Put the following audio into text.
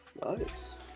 Nice